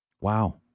Wow